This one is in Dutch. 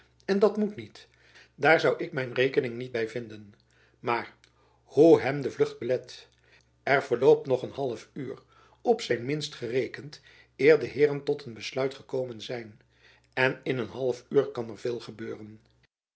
en dat moet niet daar zoû ik mijn rekening niet hy vinden maar hoe hem de vlucht belet er verloopt nog een half uur op zijn minst gerekend eer de heeren tot een besluit gekomen zijn en in een half uur kan er veel gebeuren